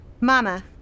Mama